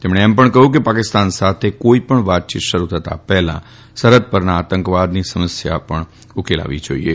તેમણે એમ પણ કહ્યું કે પાકિસ્તાન સાથે કોઇપણ વાતચીત શરૂ થતાં પહેલા સરહદ પરના આતંકવાદની સમસ્યા ઉકેલાવી જાઇએ